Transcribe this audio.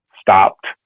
stopped